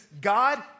God